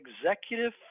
executive